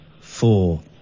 four